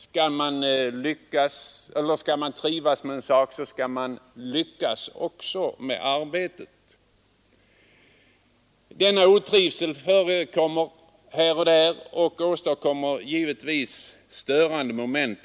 Skall man trivas med skolan, skall man också lyckas med arbetet där. Den otrivsel som förekommer här och var utgör givetvis störande moment.